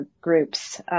groups